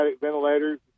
ventilators